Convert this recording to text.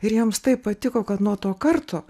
ir jiems taip patiko kad nuo to karto